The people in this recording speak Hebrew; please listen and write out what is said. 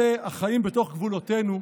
אלה החיים בתוך גבולותינו,